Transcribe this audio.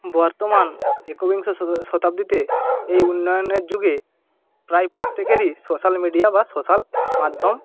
বর্তমান একবিংশ শতাব্দীতে এই উন্নয়নের যুগে প্রায় প্রত্যেকেরই সোশ্যাল মিডিয়া বা সোশ্যাল মাধ্যম